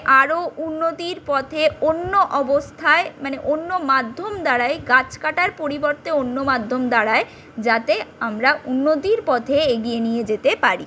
আরও উন্নতির পথে অন্য অবস্থায় মানে অন্য মাধ্যম দ্বারায় গাছ কাটার পরিবর্তে অন্য মাধ্যম দ্বারায় যাতে আমরা উন্নতির পথে এগিয়ে নিয়ে যেতে পারি